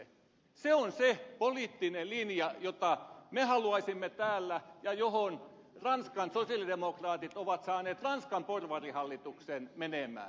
se on se poliittinen linja jota me haluaisimme täällä ja johon ranskan sosialidemokraatit ovat saaneet ranskan porvarihallituksen menemään